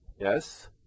yes